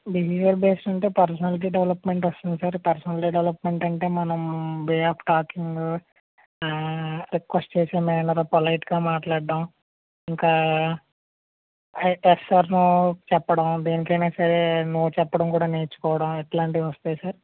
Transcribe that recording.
behaviour base ఉంటే personality development వస్తుంది sir personality development అంటే మనం వే ఆఫ్ టాకింగు రిక్వస్ట్ చేసే మ్యానరు పొలైట్గా మాట్లాడడం ఇంకా ఐ ఎస్ ఆర్ నో చెప్పడం దేనికైనా సరే నో చెప్పడం కూడా నేర్చుకోవడం ఇట్లాంటివి వస్తాయి సార్